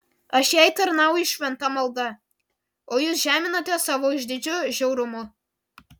aš jai tarnauju šventa malda o jūs žeminate savo išdidžiu žiaurumu